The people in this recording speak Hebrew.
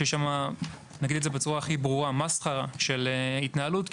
שם יש מסחרה של התנהלות,